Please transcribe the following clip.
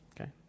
Okay